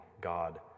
God